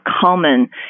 common